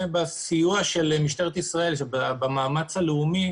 וכן הסיוע של משטרת ישראל במאמץ הלאומי